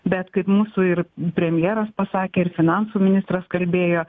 bet kaip mūsų ir premjeras pasakė ir finansų ministras kalbėjo